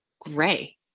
gray